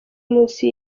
munsi